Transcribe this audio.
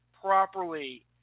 properly